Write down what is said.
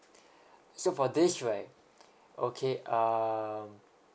so for this right okay um